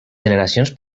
generacions